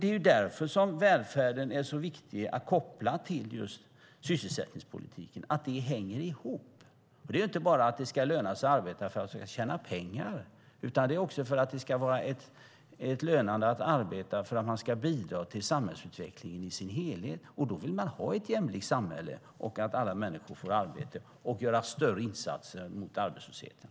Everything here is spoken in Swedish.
Det är därför som välfärden är så viktig att koppla till just sysselsättningspolitiken. De hänger ihop. Att det ska löna sig att arbeta handlar inte bara om att man ska tjäna pengar. Att det ska löna sig att arbeta handlar också om att man ska bidra till samhällsutvecklingen i dess helhet. Då vill man ha ett jämlikt samhälle där alla människor får arbete och där det görs större insatser mot arbetslösheten.